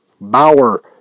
Bauer